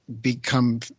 become